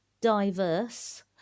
diverse